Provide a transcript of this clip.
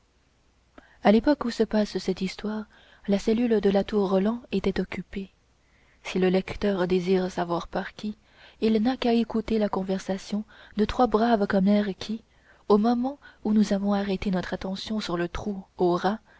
à l'époque où se passe cette histoire la cellule de la tour roland était occupée si le lecteur désire savoir par qui il n'a qu'à écouter la conversation de trois braves commères qui au moment où nous avons arrêté son attention sur le trou aux